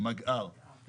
מגע"ר.